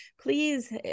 please